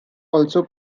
also